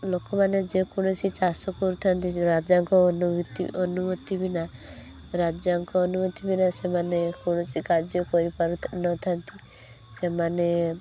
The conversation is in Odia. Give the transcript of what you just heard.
ଲୋକମାନେ ଯେ କୌଣସି ଚାଷ କରୁଥାନ୍ତି ରାଜାଙ୍କ ଅନୁମତି ଅନୁମତି ବିନା ରାଜାଙ୍କ ଅନୁମତି ବିନା ସେମାନେ କୌଣସି କାର୍ଯ୍ୟ କରିପାରୁନଥାନ୍ତି ସେମାନେ